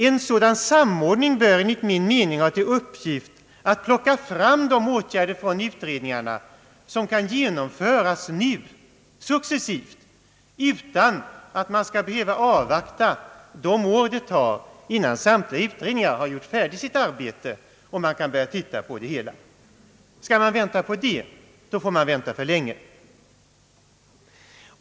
En sådan samordning bör, enligt min mening, ha till uppgift att plocka fram de åtgärder från utredningarna som nu kan genomföras successivt utan att man skall behöva vänta de år det tar innan utredningarna blivit helt färdiga med sitt arbete. Annars får man vänta för länge.